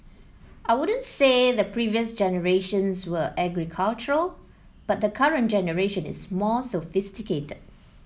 I wouldn't say the previous generations were agricultural but the current generation is more sophisticated